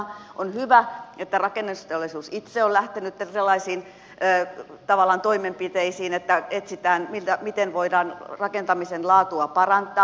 on hyvä että rakennusteollisuus itse on lähtenyt sellaisiin toimenpiteisiin että etsitään miten voidaan rakentamisen laatua parantaa